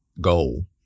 goal